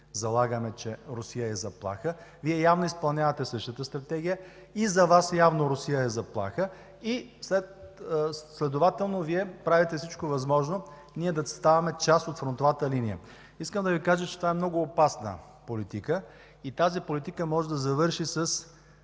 залагаме, че Русия е заплаха. Вие явно изпълнявате същата Стратегия и за Вас явно Русия е заплаха. Следователно, Вие правите всичко възможно ние да ставаме част от фронтовата линия. Искам да Ви кажа, че това е много опасна политика и тази политика може да завърши